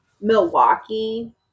Milwaukee